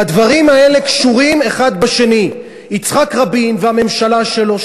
והדברים האלה קשורים האחד בשני: יצחק רבין והממשלה שלו,